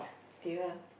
dear